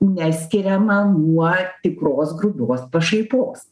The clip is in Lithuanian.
neskiria man nuo tikros grūduos pašaipos